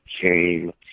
came